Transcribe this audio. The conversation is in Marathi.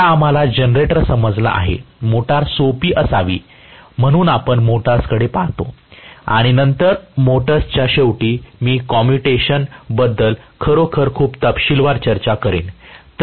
आता आम्हाला जनरेटर समजला आहे मोटार सोपी असावी म्हणून आपण मोटर्सकडे पहातो आणि नंतर मोटर्सच्या शेवटी मी कॉम्युटेशन बद्दल खरोखर खूप तपशीलवार चर्चा करेन